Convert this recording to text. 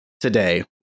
today